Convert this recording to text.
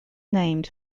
named